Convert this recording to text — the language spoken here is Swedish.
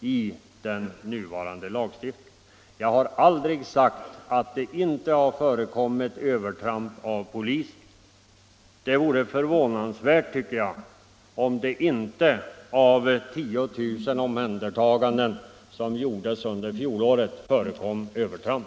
i den nuvarande lagstiftningen. Jag har aldrig sagt att det inte har förekommit övertramp av polisen. Det vore förvånansvärt, tycker jag, om det inte bland 10 000 omhändertaganden, som gjordes under fjolåret, förekom övertramp.